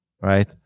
right